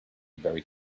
very